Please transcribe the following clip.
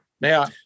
Now